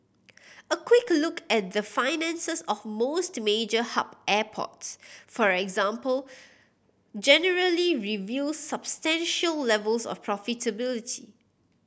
a quick look at the finances of most major hub airports for example generally reveals substantial levels of profitability